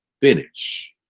finish